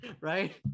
Right